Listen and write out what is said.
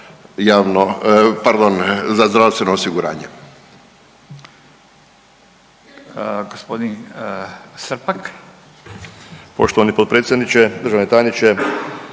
javno, pardon, za zdravstveno osiguranje.